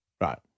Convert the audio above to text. Right